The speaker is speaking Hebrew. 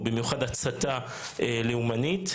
במיוחד הצתה לאומנית.